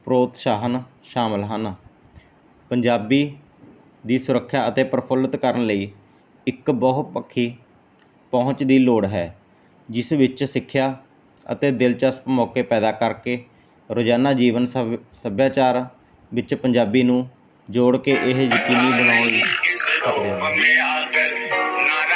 ਪ੍ਰੋਤਸਾਹਨ ਸ਼ਾਮਿਲ ਹਨ ਪੰਜਾਬੀ ਦੀ ਸੁਰੱਖਿਆ ਅਤੇ ਪ੍ਰਫੁੱਲਤ ਕਰਨ ਲਈ ਇੱਕ ਬਹੁਪੱਖੀ ਪਹੁੰਚ ਦੀ ਲੋੜ ਹੈ ਜਿਸ ਵਿੱਚ ਸਿੱਖਿਆ ਅਤੇ ਦਿਲਚਸਪ ਮੌਕੇ ਪੈਦਾ ਕਰਕੇ ਰੋਜਾਨਾ ਜੀਵਨ ਸਭ ਸੱਭਿਆਚਾਰ ਵਿੱਚ ਪੰਜਾਬੀ ਨੂੰ ਜੋੜ ਕੇ ਇਹ ਯਕੀਨੀ ਬਣਾਉਣ